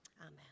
Amen